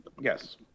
Yes